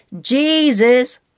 Jesus